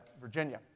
Virginia